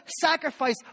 sacrifice